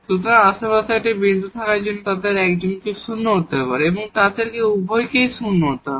সুতরাং আশেপাশে একটি বিন্দু থাকার জন্য তাদের একজনকে শূন্য হতে হবে এবং তাদের উভয়কেই শূন্য হতে হবে